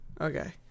Okay